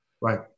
right